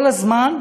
כל הזמן,